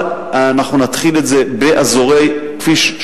אבל אנחנו נתחיל את זה באזורי כפי"ש,